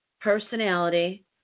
personality